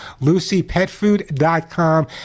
LucyPetFood.com